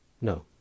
no